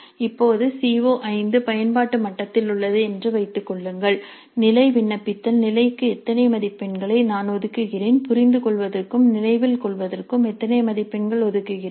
இப்போது சிஓ5 பயன்பாட்டு மட்டத்தில் உள்ளது என்று வைத்துக் கொள்ளுங்கள் நிலை விண்ணப்பித்தல் நிலைக்கு எத்தனை மதிப்பெண்களை நான் ஒதுக்குகிறேன் புரிந்துகொள்வதற்கும் நினைவில் கொள்வதற்கும் எத்தனை மதிப்பெண்கள் ஒதுக்குகிறேன்